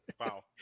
Wow